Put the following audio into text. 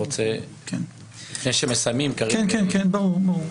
לפני שמסיימים, קריב ידבר.